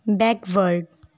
backward